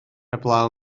heblaw